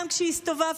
גם כשהסתובבתי,